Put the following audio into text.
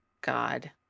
God